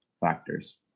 factors